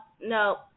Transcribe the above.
no